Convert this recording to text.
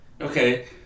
okay